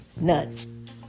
None